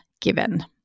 given